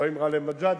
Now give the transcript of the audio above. לא עם גאלב מג'אדלה,